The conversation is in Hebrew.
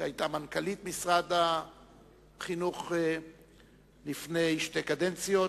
שהיתה מנכ"לית משרד החינוך לפני שתי קדנציות,